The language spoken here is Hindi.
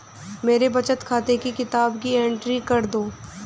मेरे बचत खाते की किताब की एंट्री कर दो?